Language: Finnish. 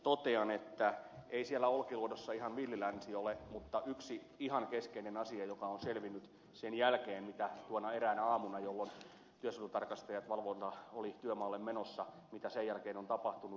totean että ei siellä olkiluodossa ihan villi länsi ole mutta yksi ihan keskeinen asia on selvinnyt sen jälkeen kun tuona eräänä aamuna työsuojelutarkastajat olivat työmaalle valvontaan menossa sen perusteella mitä sen jälkeen on tapahtunut